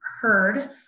heard